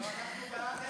אתנו או נגדנו?